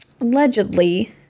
allegedly